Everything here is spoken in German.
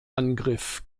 angriff